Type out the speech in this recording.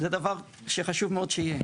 זה דבר שחשוב מאוד שיהיה.